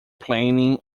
planning